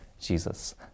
Jesus